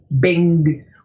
Bing